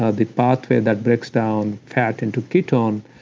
ah the pathway that breaks down fat into ketone,